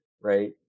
right